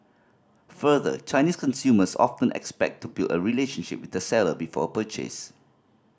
further Chinese consumers often expect to build a relationship with the seller before a purchase